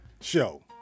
show